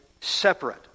separate